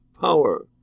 power